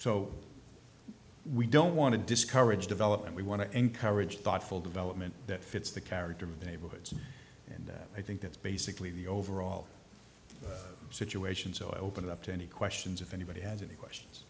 so we don't want to discourage development we want to encourage thoughtful development that fits the character of the neighborhoods and i think that's basically the overall situation so i open it up to any questions if anybody has any questions